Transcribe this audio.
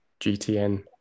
gtn